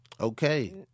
Okay